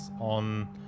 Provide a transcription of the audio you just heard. on